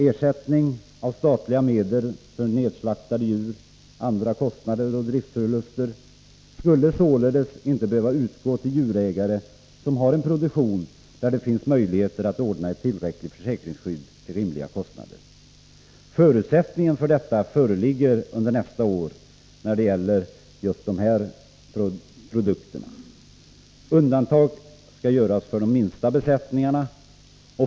Ersättning av statliga medel för nedslaktade djur, andra kostnader och driftförluster skulle således inte behöva utgå till djurägare som har en produktion där det finns möjligheter att ordna ett tillräckligt försäkringsskydd till rimliga kostnader. Förutsättningen för detta föreligger under nästa år när det gäller just slaktkycklingsoch slaktnötsproduktionen. Undantag skall göras för de minsta besättningarna.